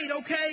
okay